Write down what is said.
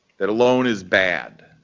that alone is bad.